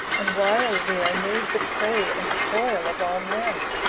and while we are made the prey and spoil of all men?